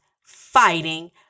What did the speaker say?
fighting